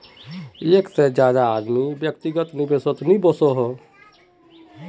एक से ज्यादा आदमी व्यक्तिगत निवेसोत नि वोसोह